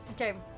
Okay